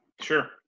Sure